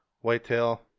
Whitetail